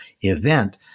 event